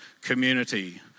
community